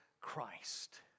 Christ